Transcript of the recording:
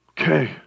Okay